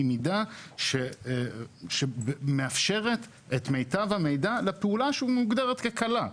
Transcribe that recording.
היא מידה שמאפשרת את מיטב המידע לפעולה שמוגדרת כקלה.